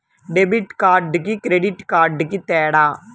Debit కార్డుకి credit కార్డుకి తేడా?